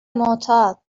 معتاد